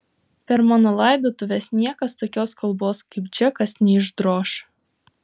per mano laidotuves niekas tokios kalbos kaip džekas neišdroš